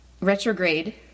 Retrograde